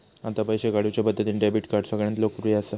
आता पैशे काढुच्या पद्धतींत डेबीट कार्ड सगळ्यांत लोकप्रिय असा